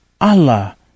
Allah